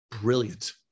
brilliant